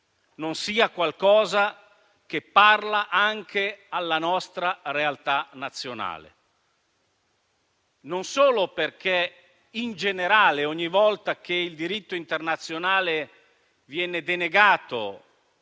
non sia qualcosa che parla anche alla nostra realtà nazionale. E questo non solo perché in generale, ogni volta che il diritto internazionale viene denegato